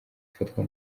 ufatwa